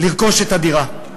לרכוש את הדירה.